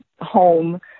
home